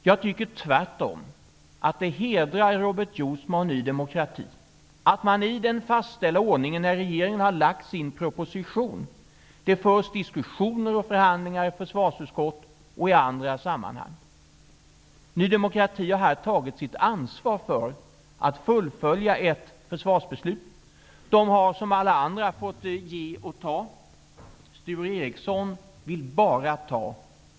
Jag tycker tvärtom att det hedrar Robert Jousma och Ny demokrati att man i den fastställda ordningen, när regeringen har lagt sin proposition, för diskussioner och förhandlingar i försvarsutskottet och i andra sammanhang. Ny demokrati har här tagit sitt ansvar för att fullfölja ett försvarsbeslut. De har som alla andra fått ge och ta. Sture Ericson vill bara ta.